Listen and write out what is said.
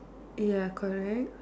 ya correct